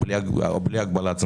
בלי הגבלת זמן.